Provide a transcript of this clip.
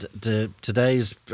Today's